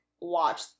watch